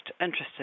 interested